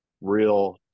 real